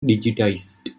digitized